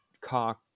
car